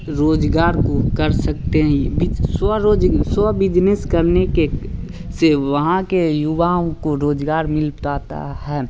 रोजगार को कर सकते हैं बीच स्वरोज स्व बिजनेस करने के से वहाँ के युवाओं को रोजगार मिल पाता है